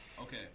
Okay